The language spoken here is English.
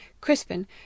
crispin